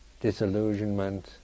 disillusionment